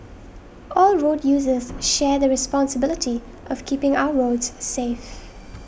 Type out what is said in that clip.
all road users share the responsibility of keeping our roads safe